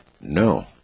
No